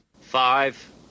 Five